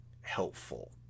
helpful